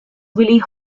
willey